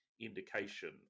indication